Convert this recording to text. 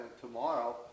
tomorrow